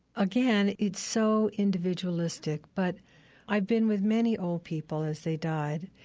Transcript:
again, it's so individualistic, but i've been with many old people as they died,